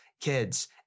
kids